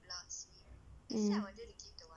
mm